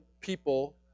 people